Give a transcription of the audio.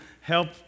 help